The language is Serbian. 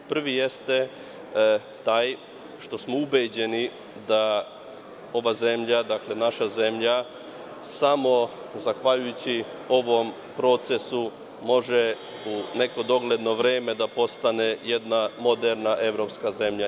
Prvi jeste taj što smo ubeđeni da ova zemlja, dakle naša zemlja, samo zahvaljujući ovom procesu može u neko dogledno vreme da postane jedna moderna evropska zemlja.